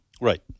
Right